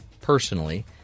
personally